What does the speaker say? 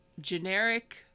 generic